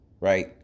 right